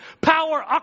power